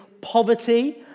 poverty